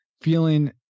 feeling